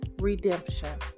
redemption